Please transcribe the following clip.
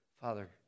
Father